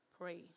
pray